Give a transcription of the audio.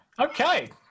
okay